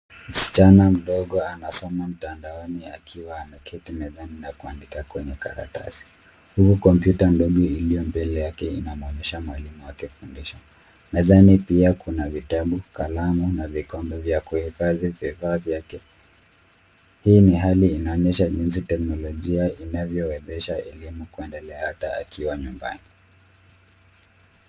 Msichana mdogo anasoma mtandaoni akiwa ameketi mezani na kuandika kwenye karatasi, huku kompyuta ndogo iliyo mbele yake inamwonyesha mwalimu akifundisha. Mezani pia akuna vitabu, kalamu na vikombe vya kuhifadhi vifaa vyake. Hii ni hali inaonyesha jinsi teknolojia inavyowezesha elimu kuendelea hata akiwa nyumbani.